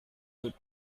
good